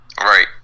Right